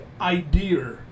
idea